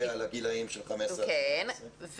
זה היה לגילאים של 15 עד 18. כן,